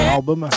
album